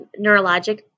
neurologic